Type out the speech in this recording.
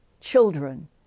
children